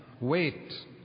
Wait